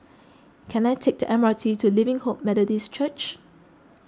can I take the M R T to Living Hope Methodist Church